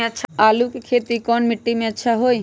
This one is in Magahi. आलु के खेती कौन मिट्टी में अच्छा होइ?